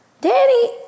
Daddy